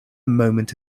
moment